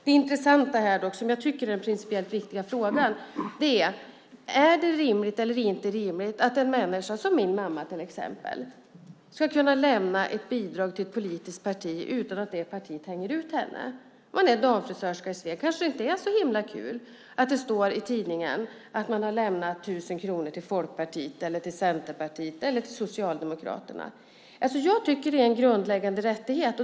Det intressanta här och det som jag tycker är den principiellt viktiga frågan är om det är rimligt eller inte att en person, till exempel min mamma, kan lämna ett bidrag till ett politiskt parti utan att det partiet hänger ut henne. När man är damfrisörska i Sveg är det kanske inte så himla kul att det står i tidningen att 1 000 kronor har lämnats till Folkpartiet, till Centerpartiet eller till Socialdemokraterna. Jag tycker att det är en grundläggande rättighet.